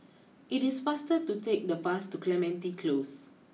it is faster to take the bus to Clementi close